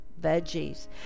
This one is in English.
veggies